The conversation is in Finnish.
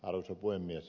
arvoisa puhemies